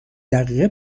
دقیقه